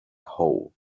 hole